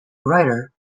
writer